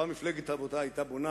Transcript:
פעם מפלגת העבודה היתה בונה.